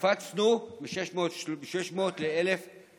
וקפצנו מ-600 ל-1,014.